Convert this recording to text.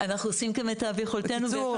בקיצור,